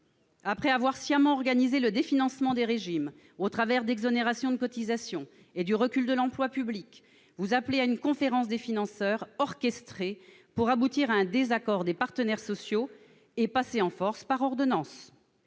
Après avoir sciemment organisé le définancement des régimes au travers d'exonérations de cotisations et du recul de l'emploi public, vous appelez à une conférence des financeurs orchestrée pour aboutir à un désaccord des partenaires sociaux et passer en force par voie d'ordonnance.